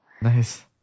nice